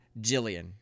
Jillian